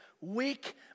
weak